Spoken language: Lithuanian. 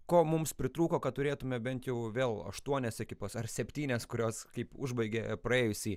ko mums pritrūko kad turėtume bent jau vėl aštuonias ekipas ar septynias kurios kaip užbaigia praėjusį